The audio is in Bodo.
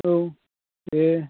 औ दे